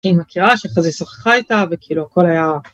היא מכירה שכזה שוחחה איתה וכאילו הכל היה.